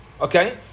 Okay